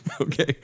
Okay